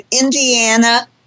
Indiana